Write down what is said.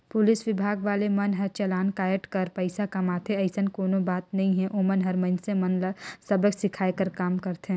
police विभाग वाले मन हर चलान कायट कर पइसा कमाथे अइसन कोनो बात नइ हे ओमन हर मइनसे मन ल सबक सीखये कर काम करथे